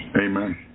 Amen